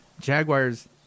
jaguar's